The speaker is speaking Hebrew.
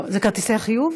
כרטיסי חיוב?